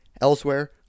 Elsewhere